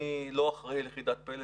אני לא אחראי על יחידת 'פלס'.